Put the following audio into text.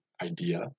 idea